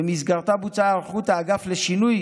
ובמסגרתה בוצעה היערכות האגף לשינוי